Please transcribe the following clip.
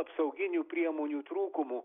apsauginių priemonių trūkumų